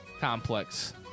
complex